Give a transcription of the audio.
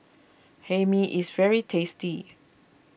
Hae Mee is very tasty